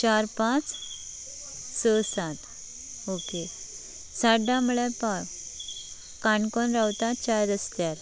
चार पांच स सात ओके साडे धा म्हणल्यार पाव काणकोण रावतां चार रसत्यार